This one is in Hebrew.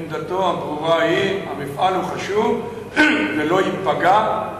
עמדתו הברורה היא: המפעל הוא חשוב ולא ייפגע.